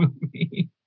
movie